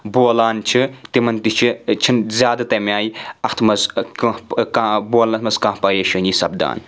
بولان چھِ تِمَن تہِ چھِ چھِنہٕ زیادٕ تَمہِ آیہِ اَتھ منٛز کانٛہہ کانٛہہ بولنَس منٛز کانٛہہ پَرَیٚشٲنی سَپدَان